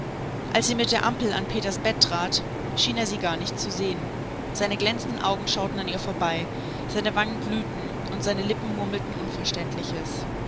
als sie mit der ampel an peters lager trat schien er sie gar nicht zu sehen seine glänzenden augen schauten an ihr vorbei seine wangen glühten und seine lippen murmelten unverständliches